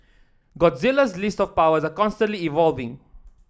Godzilla's list of power are constantly evolving